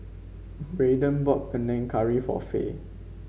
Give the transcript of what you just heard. Brayden bought Panang Curry for Fay